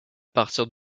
partir